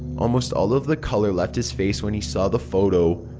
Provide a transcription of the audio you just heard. almost all of the color left his face when he saw the photo.